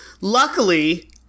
Luckily